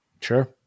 Sure